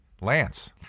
Lance